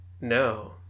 No